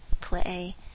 play